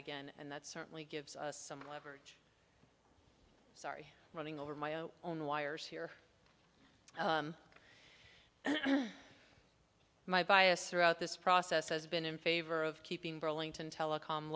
again and that certainly gives us some leverage sorry running over my own own wires here my bias throughout this process has been in favor of keeping burlington telecom